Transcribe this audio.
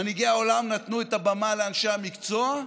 מנהיגי העולם נתנו את הבמה לאנשי המקצוע,